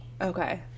Okay